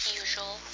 usual